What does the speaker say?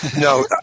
No